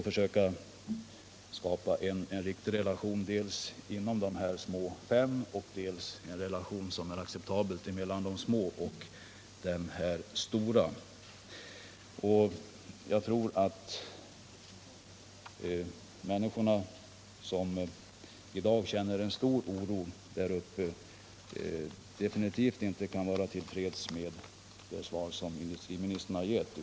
Människorna i Horndal, som i dag känner stor oro, kan definitivt inte vara till freds med det svar som industriministern givit.